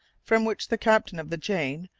from which the captain of the jane,